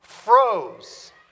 Froze